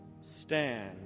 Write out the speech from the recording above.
stand